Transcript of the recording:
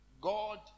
God